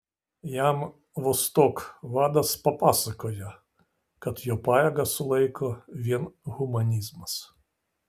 jam vostok vadas papasakojo kad jo pajėgas sulaiko vien humanizmas